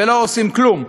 ולא עושים כלום.